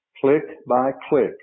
click-by-click